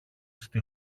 στη